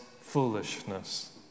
foolishness